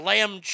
Lamb